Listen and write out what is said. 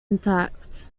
intact